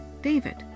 David